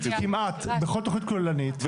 כמעט בכל תכנית כוללנית,